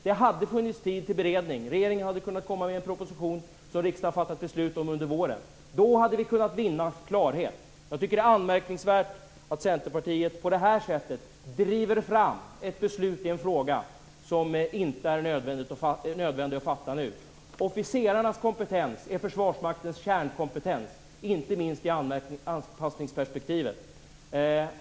Det hade funnits tid till beredning. Regeringen hade kunnat komma med en proposition som riksdagen skulle ha kunnat fatta beslut om under våren. Då hade vi kunna vinna klarhet. Jag tycker att det är anmärkningsvärt att Centerpartiet på detta sätt driver fram ett beslut i en fråga som inte är nödvändigt att fatta nu. Officerarnas kompetens är Försvarsmaktens kärnkompetens, inte minst i anpassningsperspektivet.